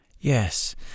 Yes